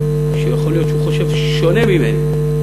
שיכול להיות שהוא חושב שונה ממני,